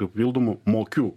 papildomų mokių